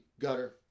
gutter